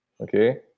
okay